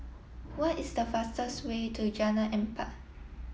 what is the fastest way to Jalan Empat